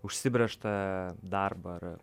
užsibrėžtą darbą ar